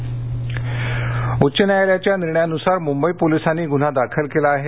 मख्यमंत्री उच्च न्यायालयाच्या निर्णयानुसार मुंबई पोलिसांनी गुन्हा दाखल केला आहे